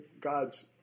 God's